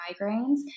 migraines